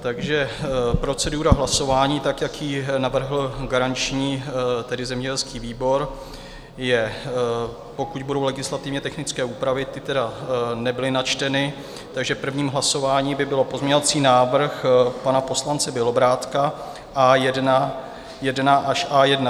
Takže procedura hlasování, tak jak ji navrhl garanční, tedy zemědělský výbor, je: pokud budou legislativně technické úpravy, ty tedy nebyly načteny, takže první hlasování by byl pozměňovací návrh pana poslance Bělobrádka A1.1 až A1.16.